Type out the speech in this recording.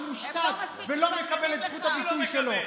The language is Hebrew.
שמושתק ולא מקבל את זכות הביטוי שלו.